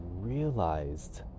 realized